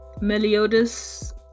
Meliodas